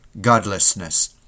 godlessness